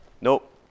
Nope